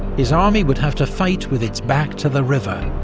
his army would have to fight with its back to the river,